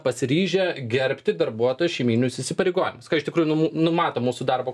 pasiryžę gerbti darbuotojo šeimyninius įsipareigojimus ką iš tikrųjų nu numato mūsų darbo